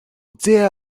dear